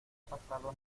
pasado